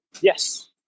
yes